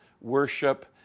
worship